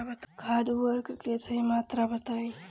खाद उर्वरक के सही मात्रा बताई?